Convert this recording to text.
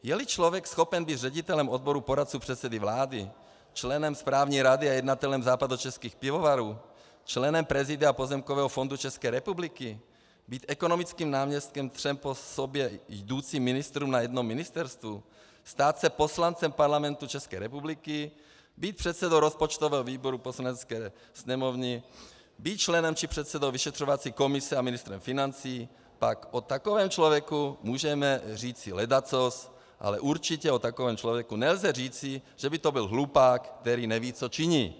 Jeli člověk schopen být ředitelem odboru poradců předsedy vlády, členem správní rady a jednatelem Západočeských pivovarů, členem prezidia Pozemkového fondu ČR, být ekonomickým náměstkem třem po sobě jdoucím ministrům na jednom ministerstvu, stát se poslancem Parlamentu ČR, být předsedou rozpočtového výboru Poslanecké sněmovny, být členem či předsedou vyšetřovací komise a ministrem financí, pak o takovém člověku můžeme říci ledacos, ale určitě o takovém člověku nelze říci, že by to byl hlupák, který neví, co činí.